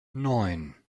neun